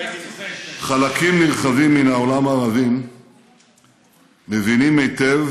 חלקים נרחבים מן העולם הערבי מבינים היטב